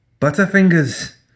Butterfingers